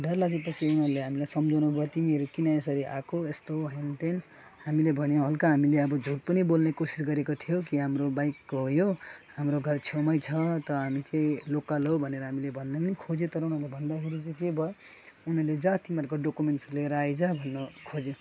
डर लागेपछि उनीहरूले हामीलाई सम्झाउनु भयो तिमीहरू किन यसरी आएको यस्तो हेनतेन हामीले भन्यो हल्का हामीले अब झुट पनि बोल्ने कोसिस गरेको थियो कि हाम्रो बाइक हो यो हाम्रो घर छेउमै छ त हामी चाहिँ लोकल हो भनेर हामीले भन्न पनि खोज्यो तर उनीहरूले भन्दाफेरि चाहिँ के भयो उनीहरूले जा तिमीहरूको डकुमेन्ट्स लिएर आइज भन्नुखोज्यो